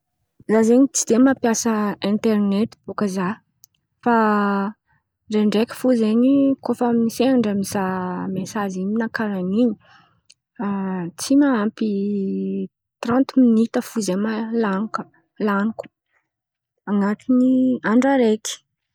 Za zen̈y tsy de mampiasa interinety bôka zah fa ndraindraiky fo zen̈y koa fa sendra mizaha mesazy in̈y kara in̈y, tsy mahampy tranty minita zen̈y laniko anatiny andra araiky.